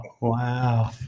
Wow